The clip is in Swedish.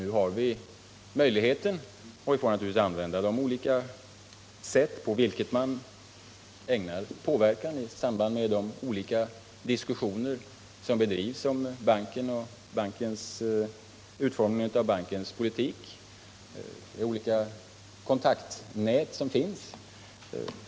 Nu har vi den möjligheten, och vi får naturligtvis försöka påverka utformningen av bankens politik i samband med de olika diskussioner som förs inom banken och begagna oss av det kontaktnät som finns.